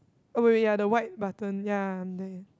oh wait wait ya the white button ya there